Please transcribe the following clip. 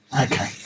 okay